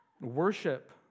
Worship